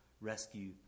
rescue